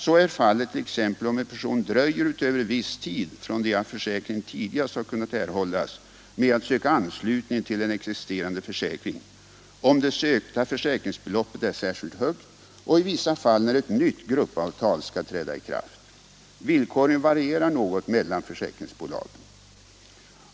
Så är fallet t.ex. om en person dröjer utöver viss tid från det att försäkring tidigast har kunnat erhållas med att söka anslutning till en existerande försäkring, om det sökta försäkringsbeloppet är särskilt högt och i vissa fall när ett nytt gruppavtal skall träda i kraft. Villkoren varierar något mellan försäkringsbolagen.